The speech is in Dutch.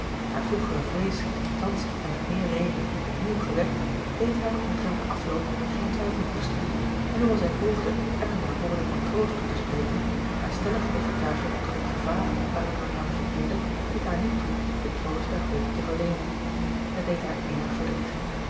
haar vroegere vrees thans en met meer reden opnieuw gewekt deed haar omtrent den afloop geen twijfel koesteren en hoewel zij poogde elinor woorden van troost toe te spreken haar stellige overtuiging omtrent het gevaar waarin marianne verkeerde liet haar niet toe den troost der hoop te verleenen het deed haar innig verdriet